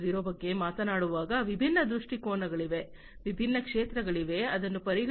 0 ಬಗ್ಗೆ ಮಾತನಾಡುವಾಗ ವಿಭಿನ್ನ ದೃಷ್ಟಿಕೋನಗಳಿವೆ ವಿಭಿನ್ನ ಕ್ಷೇತ್ರಗಳಿವೆ ಅದನ್ನು ಪರಿಗಣಿಸಬೇಕಾಗಿದೆ